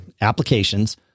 applications